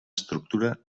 estructura